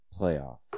Playoff